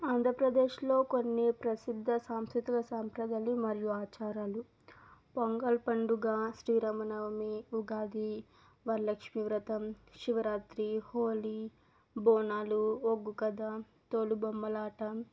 ఆంధ్రప్రదేశ్లో కొన్ని ప్రసిద్ధ సాంస్కృతిక సాంప్రదాయాలు మరియు ఆచారాలు పొంగల్ పండుగ శ్రీరామనవమి ఉగాది వరలక్ష్మీ వ్రతం శివరాత్రి హోలీ బోనాలు ఒగ్గు కథ తోలుబొమ్మలాట